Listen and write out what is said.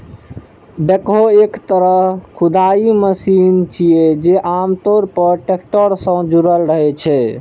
backhoe एक तरहक खुदाइ मशीन छियै, जे आम तौर पर टैक्टर सं जुड़ल रहै छै